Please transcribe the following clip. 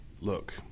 Look